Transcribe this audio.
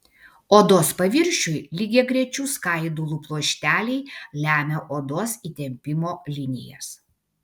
odos paviršiui lygiagrečių skaidulų pluošteliai lemia odos įtempimo linijas